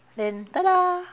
then